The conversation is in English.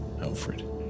Alfred